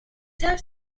have